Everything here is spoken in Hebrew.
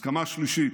הסכמה שלישית: